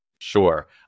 Sure